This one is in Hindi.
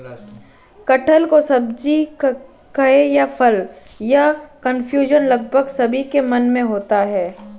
कटहल को सब्जी कहें या फल, यह कन्फ्यूजन लगभग सभी के मन में होता है